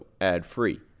ad-free